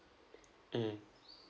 mm